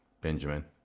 Benjamin